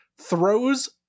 throws